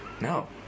No